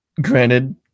granted